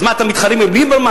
אז מה, אתם מתחרים עם ליברמן?